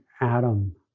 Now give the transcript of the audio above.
Adam